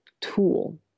tool